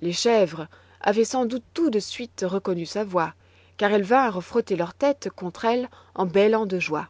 les chèvres avaient sans doute tout de suite reconnu sa vois car elles vinrent frotter leur tête contre elle en bêlant de joie